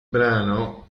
brano